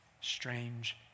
strange